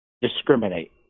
discriminate